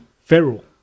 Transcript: feral